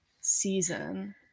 season